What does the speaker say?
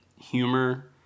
humor